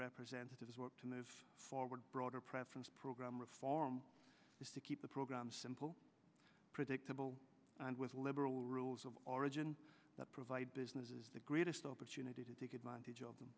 representatives work to move forward broader preference program reform is to keep the program simple predictable and with liberal rules of origin that provide businesses the greatest opportunity to take advantage of